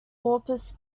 corpus